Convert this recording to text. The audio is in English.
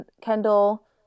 Kendall